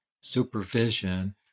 supervision